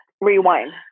rewind